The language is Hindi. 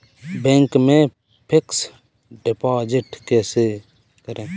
बैंक में फिक्स डिपाजिट कैसे करें?